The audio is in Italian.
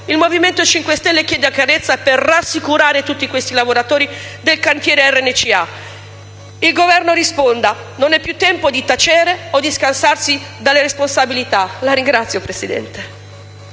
Il Movimento 5 Stelle chiede chiarezza per rassicurare tutti questi lavoratori del cantiere NCA. Il Governo risponda. Non è più tempo di tacere o di scansarsi dalle responsabilità. **Mozioni,